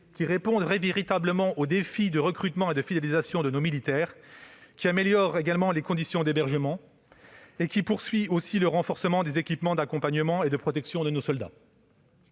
qui affronte véritablement les défis de recrutement et de fidélisation de nos militaires, améliore les conditions d'hébergement et poursuit le renforcement des équipements d'accompagnement et de protection de nos soldats.